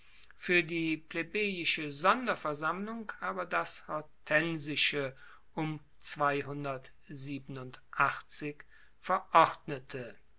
fuer die plebejische sonderversammlung aber das hortensische um verordnete